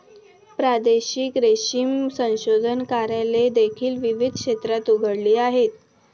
प्रादेशिक रेशीम संशोधन कार्यालये देखील विविध क्षेत्रात उघडली आहेत